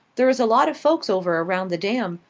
there is a lot of folks over around the dam.